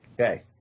Okay